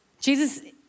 Jesus